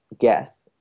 guess